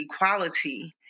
equality